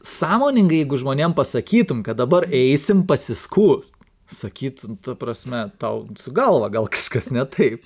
sąmoningai jeigu žmonėm pasakytum kad dabar eisim pasiskųst sakytų ta prasme tau su galva gal kažkas ne taip